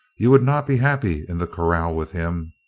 you would not be happy in the corral with him,